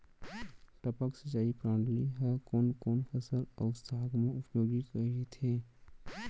टपक सिंचाई प्रणाली ह कोन कोन फसल अऊ साग म उपयोगी कहिथे?